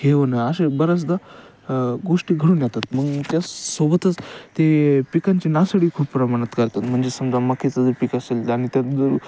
हे होणं असे बऱ्याचदा गोष्टी घडून येतात मग त्यासोबतच ते पिकांची नासाडी खूप प्रमाणात करतात म्हणजे समजा मक्क्याचं जर पिक असेल आणि त्या जर